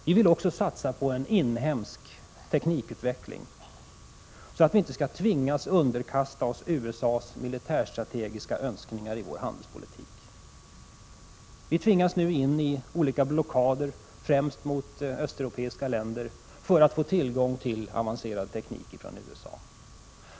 Vi vill också satsa på en inhemsk teknikutveckling så att vi i vår handelspolitik inte skall tvingas underkasta oss USA:s militärstrategiska önskningar. Vi tvingas nu in i olika blockader, främst mot östeuropeiska länder, för att få tillgång till avancerad teknik ifrån USA.